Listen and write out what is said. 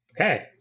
Okay